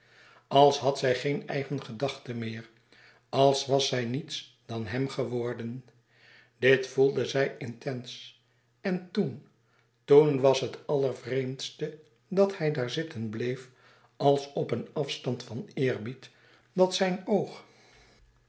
als had zij geene eigen gedachte meer als was ze niets dan hèm geworden dit voelde zij intens en toen toen was het allervreemdste dat hij daar zitten bleef als op een afstand van eerbied dat zijn oog